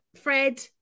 Fred